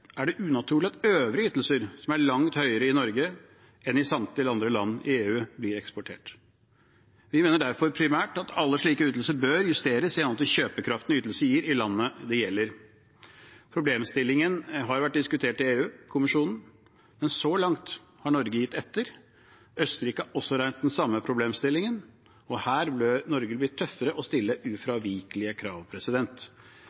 er det unaturlig at øvrige ytelser, som er langt høyere i Norge enn i samtlige andre land i EU, blir eksportert. Vi mener derfor primært at alle slike ytelser bør justeres i henhold til kjøpekraften en ytelse gir i landet det gjelder. Problemstillingen har vært diskutert i EU-kommisjonen, men så langt har Norge gitt etter. Østerrike har reist den samme problemstillingen. Her bør Norge bli tøffere og stille